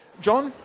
john?